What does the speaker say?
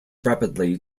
rapidly